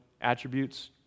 attributes